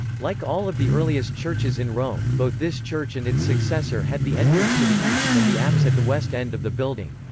like all of the earliest churches in rome, both this church and its successor had the entrance to the east and the apse at the west end of the building.